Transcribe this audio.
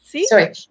Sorry